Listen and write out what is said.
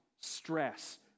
stress